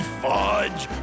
fudge